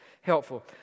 helpful